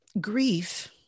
grief